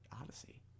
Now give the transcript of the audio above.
Odyssey